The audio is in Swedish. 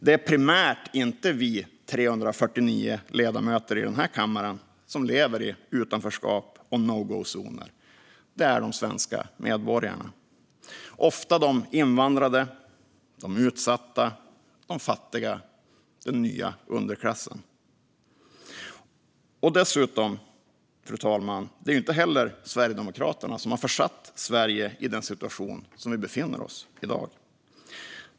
Det är primärt inte vi 349 ledamöter i denna kammare som lever i utanförskap och no go-zoner, utan det är de svenska medborgarna - ofta de invandrade, de utsatta, de fattiga, den nya underklassen. Dessutom, fru talman, är det heller inte Sverigedemokraterna som har försatt Sverige i den situation vi i dag befinner oss i.